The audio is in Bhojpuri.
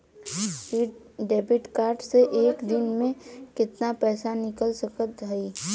इ डेबिट कार्ड से एक दिन मे कितना पैसा निकाल सकत हई?